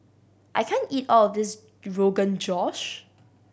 I can't eat all of this Rogan Josh